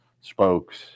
spokes